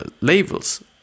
labels